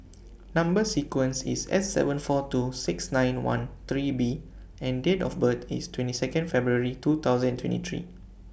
Number sequence IS S seven four two six nine one three B and Date of birth IS twenty Second February two thousand twenty three